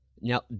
Now